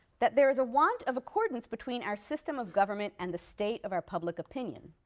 that. there is a want of accordance between our system of government and the state of our public opinion.